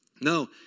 No